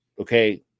okay